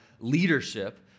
leadership